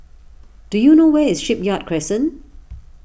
do you know where is Shipyard Crescent